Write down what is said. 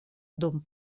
dum